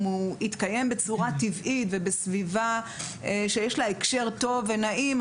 אם הוא יתקיים בצורה טבעית ובסביבה שיש לה הקשר טוב ונעים,